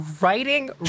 writing